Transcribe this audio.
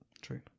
true